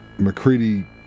McCready